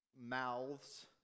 mouths